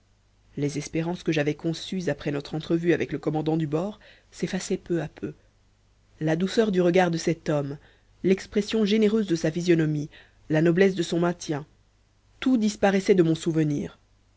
les espérances que j'avais conçues après notre entrevue avec le commandant du bord s'effaçaient peu à peu la douceur du regard de cet homme l'expression généreuse de sa physionomie la noblesse de son maintien tout disparaissait de mon souvenir